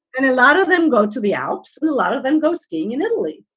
and a lot of them go to the alps. and a lot of them go skiing in italy.